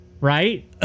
right